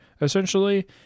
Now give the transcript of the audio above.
essentially